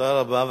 תודה רבה.